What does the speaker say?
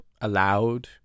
allowed